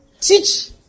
teach